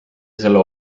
selle